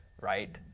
right